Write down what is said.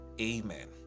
Amen